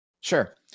Sure